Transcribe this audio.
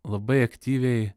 labai aktyviai